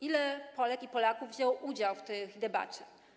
Ile Polek i Polaków wzięło udział w tej debacie?